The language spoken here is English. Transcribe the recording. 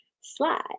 slide